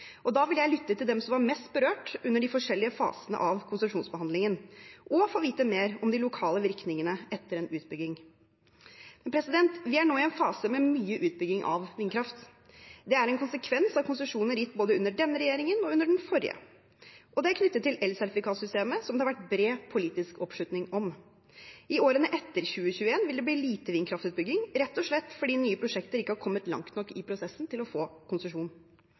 Da vil jeg lytte til dem som var mest berørt under de forskjellige fasene av konsesjonsbehandlingen, og få vite mer om de lokale virkningene etter en utbygging. Vi er nå i en fase med mye utbygging av vindkraft. Det er en konsekvens av konsesjoner gitt under både denne regjeringen og den forrige. Det er knyttet til elsertifikat-systemet, som det har vært bred politisk oppslutning om. I årene etter 2021 vil det bli lite vindkraftutbygging, rett og slett fordi nye prosjekter ikke har kommet langt nok i prosessen med å få konsesjon.